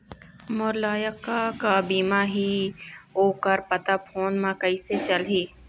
मोर लायक का का बीमा ही ओ कर पता फ़ोन म कइसे चलही?